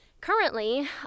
currently